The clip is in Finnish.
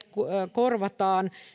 korvataan